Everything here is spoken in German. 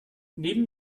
neben